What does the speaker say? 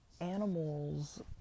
animals